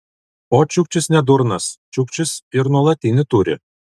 o čiukčis ne durnas čiukčis ir nuolatinį turi